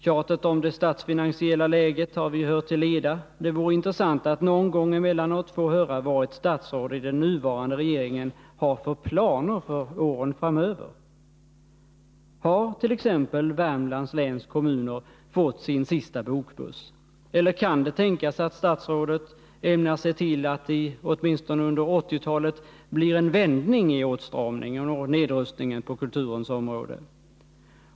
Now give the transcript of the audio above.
Tjatet om det statsfinansiella läget har vi hört till leda — det vore intressant att någon gång emellanåt få höra vad ett statsråd i den nuvarande regeringen har för planer för åren framöver. Har t.ex. Värmlands läns kommuner fått sin sista bokbuss, eller kan det tänkas att statsrådet ämnar se till att det åtminstone under 1980-talet blir en vändning i åtstramningen och nedrustningen på kulturens område?